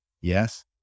Yes